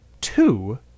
two